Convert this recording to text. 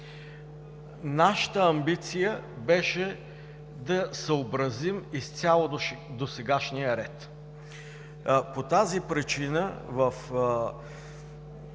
Нашата амбиция беше да съобразим изцяло досегашния ред. По тази причина в